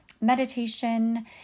meditation